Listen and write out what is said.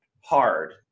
hard